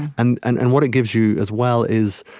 and and and what it gives you, as well, is,